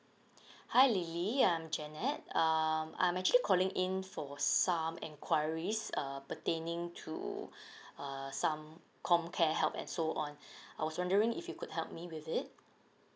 hi lily I'm janet um I'm actually calling in for some enquiries err pertaining to err some comcare help and so on I was wondering if you could help me with it